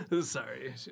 sorry